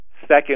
second